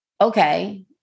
okay